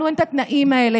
לנו אין את התנאים האלה.